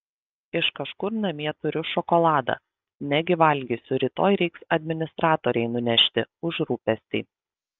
iš kažkur namie turiu šokoladą negi valgysiu rytoj reiks administratorei nunešti už rūpestį